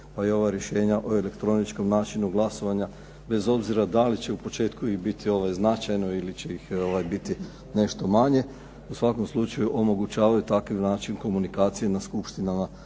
pa i ova rješenja o elektroničkom načinu glasovanja bez obzira da li će u početku ih biti značajno ili će ih biti nešto manje. U svakom slučaju omogućavaju takav način komunikacije na skupštinama